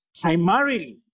primarily